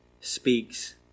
speaks